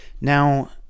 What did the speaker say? Now